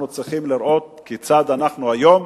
אנחנו צריכים לראות כיצד אנחנו היום,